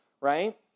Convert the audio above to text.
right